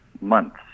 months